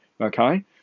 Okay